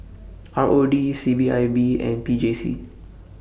R O D C P I B and P J C